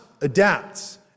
adapts